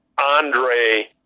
Andre